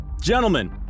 gentlemen